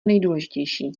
nejdůležitější